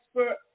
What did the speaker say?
expert